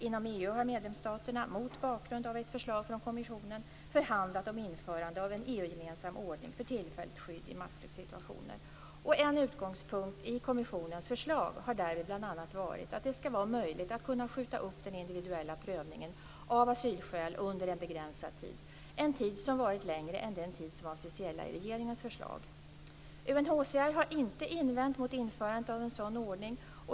Inom EU har medlemsstaterna mot bakgrund av ett förslag från kommissionen förhandlat om införande av en EU-gemensam ordning för tillfälligt skydd i massflyktsituationer. En utgångspunkt i komissionens förslag har därvid bl.a. varit att det ska vara möjligt att kunna skjuta upp den individuella prövningen av asylskäl under en begränsad tid, en tid som varit längre än den tid som avses gälla i regeringens förslag. UNHCR har inte invänt mot införandet av en sådan ordning.